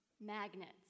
Magnets